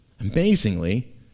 Amazingly